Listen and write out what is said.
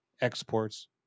exports